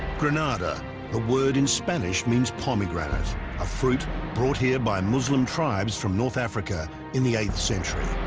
granada the word in spanish means pomegranate a fruit brought here by muslim tribes from north africa in the eighth century,